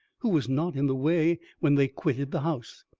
who was not in the way when they quitted the house.